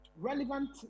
relevant